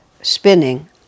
spinning